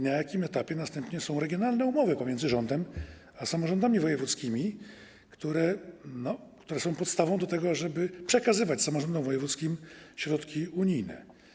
Na jakim etapie są regionalne umowy pomiędzy rządem a samorządami wojewódzkimi, które są podstawą do tego, żeby przekazywać samorządom wojewódzkim środki unijne?